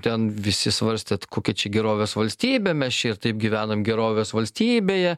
ten visi svarstėt kokia čia gerovės valstybė mes čia ir taip gyvenam gerovės valstybėje